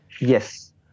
yes